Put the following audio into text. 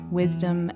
wisdom